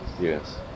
yes